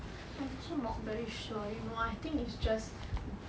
I'm also not very sure you know I think is just